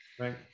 Right